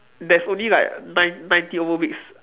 there's only like nine ninety over weeks